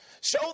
show